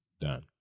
done